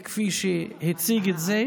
כפי שהוא הציג את זה,